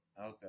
okay